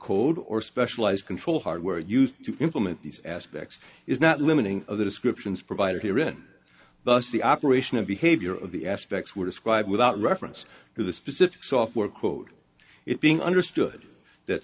code or specialized control hardware used to implement these aspects is not limiting of the descriptions provided here in bus the operation of behavior of the aspects were described without reference to the specific software code it being understood that